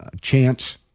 chance